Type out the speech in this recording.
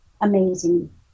amazing